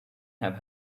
have